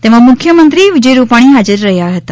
તેમાં મુખ્યમંત્રી વિજય રૂપાણી હાજર રહ્યા હતા